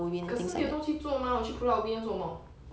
可是没有东西做吗我去 pulau ubin 要做什么